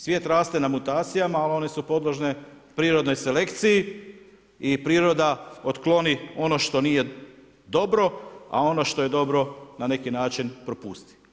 Svijet raste na mutacijama, ali one su podložne prirodnoj selekciji i priroda otkloni ono što nije dobro, a ono što je dobro na neki način propusti.